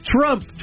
Trump